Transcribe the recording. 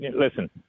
Listen